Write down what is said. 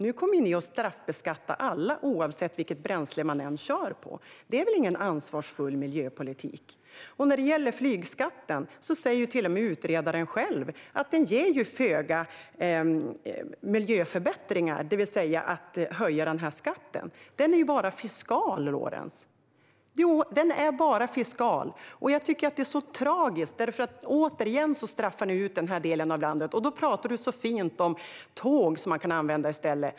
Nu kommer ni ju att straffbeskatta alla, oavsett vilket bränsle de kör på. Det är väl ingen ansvarsfull miljöpolitik? När det gäller flygskatten säger till och med utredaren själv att det ger föga miljöförbättringar att höja den. Den är bara fiskal, Lorentz. Jo, den är bara fiskal. Jag tycker att det är tragiskt, för återigen straffar ni ut den här delen av landet. Du talar så fint om att man kan använda tåg i stället.